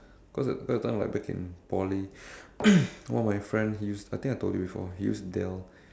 cause that that time like back in Poly one of my friend he used I think I told you before he used Dell